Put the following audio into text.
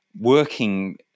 working